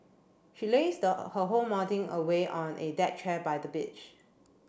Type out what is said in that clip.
she lazed her whole morning away on a deck chair by the beach